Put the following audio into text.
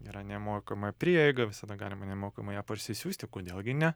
yra nemokama prieiga visada galima nemokamai ją parsisiųsti kodėl gi ne